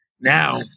Now